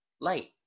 light